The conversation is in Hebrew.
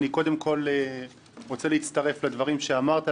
אני קודם כול רוצה להצטרף לדברים שאמרת,